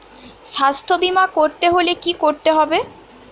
স্বাস্থ্যবীমা করতে হলে কি করতে হবে?